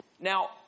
Now